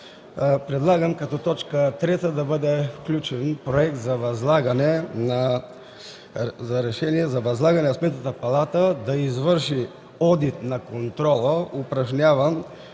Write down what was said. предлагам като точка трета да бъде включен Проект за решение за възлагане на Сметната палата да извърши одит на контрола, упражняван